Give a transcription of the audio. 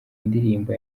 indirimbo